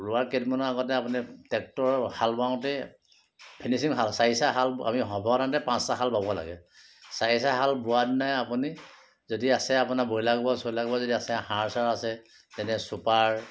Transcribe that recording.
ৰোৱাৰ কেইদিনমানৰ আগতে আপুনি ট্ৰেক্টৰ হাৰ বাওঁতে ফিনিচিং হাল চাৰিচাহ হাল আমি সৰ্বসাধাৰণতে পাঁচচাহ হাল বাব লাগে চাৰিচাহ হাল বোৱা দিনাই আপুনি যদি আছে আপোনাৰ ব্ৰইলাৰ কুকুৰা চইলা কুকুৰা যদি আছে সাৰ চাৰ আছে যেনে ছুপাৰ